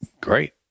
Great